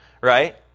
right